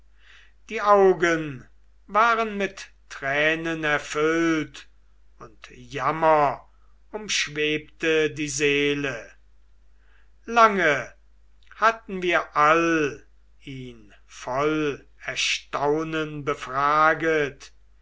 die augen waren mit tränen erfüllt und jammer umschwebte die seele lange hatten wir all ihn voll erstaunen befraget